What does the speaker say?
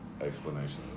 Explanation